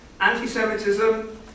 anti-Semitism